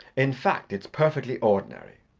in fact it's perfectly ordinary.